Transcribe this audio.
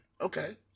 Okay